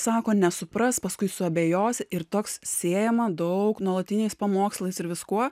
sako nesupras paskui suabejos ir toks siejama daug nuolatiniais pamokslais ir viskuo